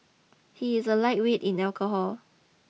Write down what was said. he is a lightweight in alcohol